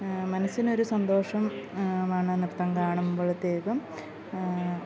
മനസിനൊരു സന്തോഷം മാണ് നൃത്തം കാണുമ്പോഴത്തേക്കും